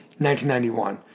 1991